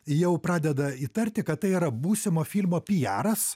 jau pradeda įtarti kad tai yra būsimo filmo pijaras